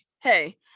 hey